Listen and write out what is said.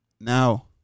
Now